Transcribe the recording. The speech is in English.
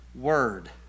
word